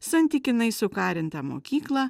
santykinai sukarintą mokyklą